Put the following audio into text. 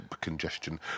congestion